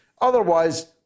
otherwise